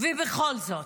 ובכל זאת,